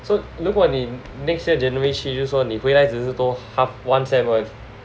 so 如果你 next year January 去就是说你回来只是多 half one sem